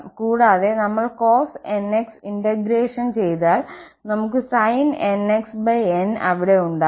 കൂടാതെ നമ്മൾ cosnx integration ചെയ്താൽ നമുക്ക് sin nxn അവിടെ ഉണ്ടാകും